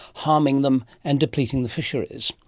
harming them and depleting the fisheries.